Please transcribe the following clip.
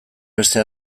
beste